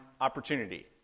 opportunity